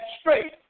straight